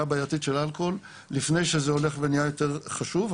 הבעייתית של אלכוהול לפני שזה הולך ונהיה יותר חשוב.